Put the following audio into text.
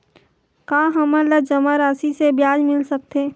का हमन ला जमा राशि से ब्याज मिल सकथे?